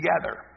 together